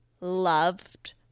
loved